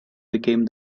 became